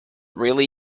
really